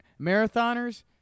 marathoners